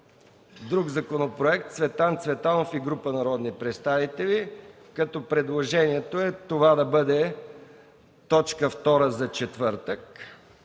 друг законопроект с вносител Цветан Цветанов и група народни представители. Предложението е това да бъде точка втора за четвъртък.